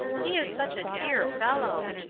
he is such a dear fellow!